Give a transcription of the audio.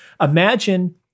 Imagine